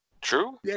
True